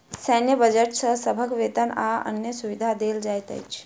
सैन्य बजट सॅ सभक वेतन आ अन्य सुविधा देल जाइत अछि